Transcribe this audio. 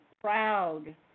proud